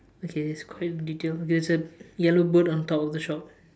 okay it's quite detail there is a yellow bird on top of the shop